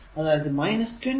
അതായതു 20 വാട്ട്